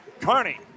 Carney